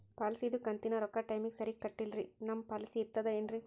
ಪಾಲಿಸಿದು ಕಂತಿನ ರೊಕ್ಕ ಟೈಮಿಗ್ ಸರಿಗೆ ಕಟ್ಟಿಲ್ರಿ ನಮ್ ಪಾಲಿಸಿ ಇರ್ತದ ಏನ್ರಿ?